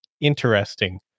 interesting